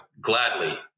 gladly